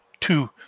two